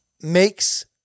makes